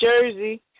Jersey